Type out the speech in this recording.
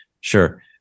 Sure